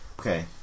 Okay